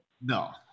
No